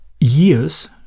years